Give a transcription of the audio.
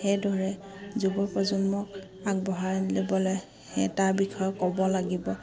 সেইদৰে যুৱ প্ৰজন্মক আগবঢ়াই ল'বলৈ সেই তাৰ বিষয়ে ক'ব লাগিব